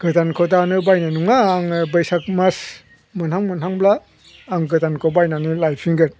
गोदानखौ दानो बायनाय नङा आङो बैसाग मास मोनहां मोनहांब्ला आं गोदानखौ बायनानै लायफिनगोन